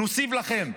נוסיף לכם,